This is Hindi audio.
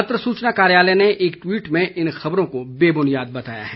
पत्र सूचना कार्यालय ने एक ट्वीट में इन खबरों को बेबुनियाद बताया है